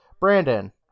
Brandon